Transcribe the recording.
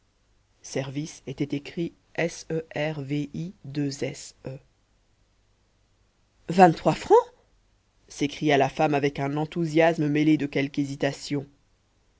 service était écrit servisse vingt-trois francs s'écria la femme avec un enthousiasme mêlé de quelque hésitation